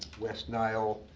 west nile,